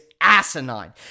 asinine